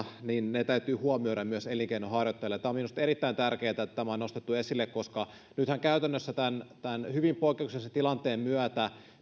täytyy huomioida elinkeinonharjoittajille minusta on erittäin tärkeätä että tämä on nostettu esille koska nythän käytännössä tämän hyvin poikkeuksellisen tilanteen myötä